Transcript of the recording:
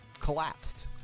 collapsed